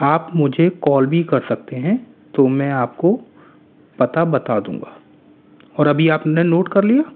आप मुझे कोल भी कर सकते हैं तो मैं आपको पता बता दूंगा और अभी आपने नोट कर लिए